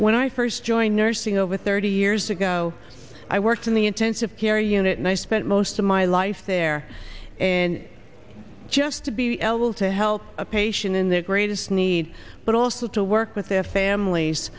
when i first joined nursing over thirty years ago i worked in the intensive care unit and i spent most of my life there and just to be l will to help a patient in their greatest need but also to work with their families